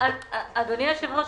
אדוני היושב-ראש,